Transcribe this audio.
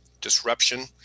disruption